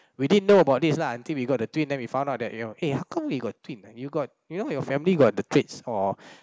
we didn't know about this lah until we got the twin then we found out that you know eh how come we got a twin you got you know your family got the traits or